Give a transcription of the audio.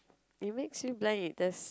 it makes you blind it does